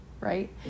right